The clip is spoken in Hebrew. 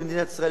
במדינת ישראל,